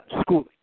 schooling